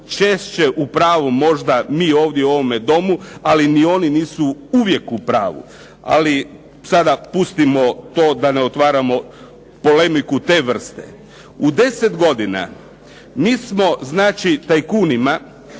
češće u pravu možda mi ovdje u ovome Domu, ali ni oni nisu uvijek u pravu. Ali sada pustimo to da ne otvaramo polemiku te vrste. U deset godina mi smo znači tajkunima